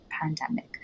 pandemic